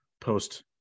post